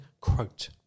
quote